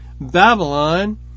Babylon